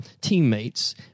teammates